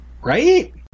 Right